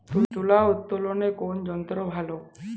তুলা উত্তোলনে কোন যন্ত্র ভালো?